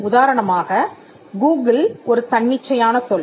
உதாரணமாக கூகிள் ஒரு தன்னிச்சையான சொல்